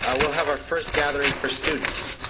ah we'll have our first gathering for students.